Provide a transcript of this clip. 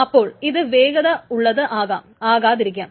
അപ്പോൾ ഇത് വേഗത ഉള്ളത് ആകാം ആകാതിരിക്കാം